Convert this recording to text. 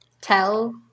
tell